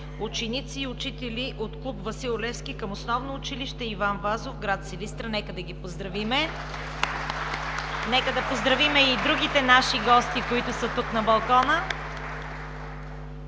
ученици и учители от клуб „Васил Левски“ към Основно училище „Иван Вазов“ – град Силистра. Нека да ги поздравим. Нека да поздравим и другите наши гости, които са тук – на балкона.